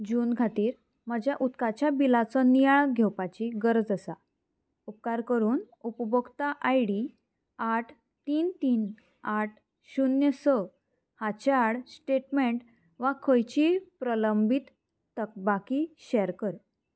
जून खातीर म्हज्या उदकाच्या बिलाचो नियाळ घेवपाची गरज आसा उपकार करून उपभोक्ता आय डी आठ तीन तीन आठ शुन्य स हाच्या आड स्टेटमेंट वा खंयचीय प्रलंबीत तकबाकी शॅर कर